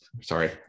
sorry